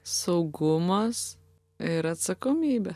saugumas ir atsakomybė